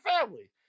family